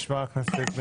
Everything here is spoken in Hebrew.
משמר הכנסת,